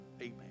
amen